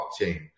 blockchain